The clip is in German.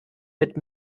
mit